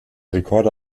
rekorde